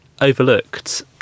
overlooked